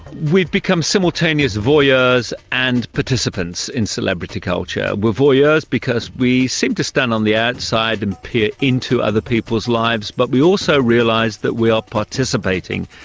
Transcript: we've become simultaneous voyeurs and participants in celebrity culture. we're voyeurs because we seem to stand on the outside and peer into other people's lives, but we also realise that we are participating.